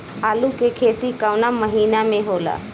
आलू के खेती कवना महीना में होला?